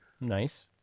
nice